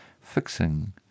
fixing